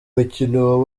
mukino